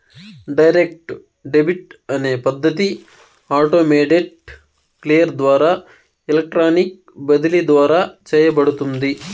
direct debit అనే పద్ధతి automated clear ద్వారా ఎలక్ట్రానిక్ బదిలీ ద్వారా చేయబడుతుంది